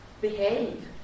behave